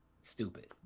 Stupid